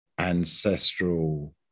ancestral